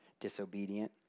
disobedient